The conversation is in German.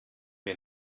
mir